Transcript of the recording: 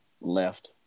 left